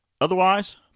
Otherwise